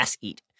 eat